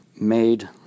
made